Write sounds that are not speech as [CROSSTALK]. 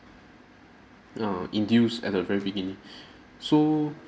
err induced at the very beginning [BREATH] so